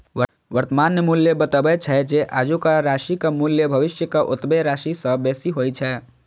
वर्तमान मूल्य बतबै छै, जे आजुक राशिक मूल्य भविष्यक ओतबे राशि सं बेसी होइ छै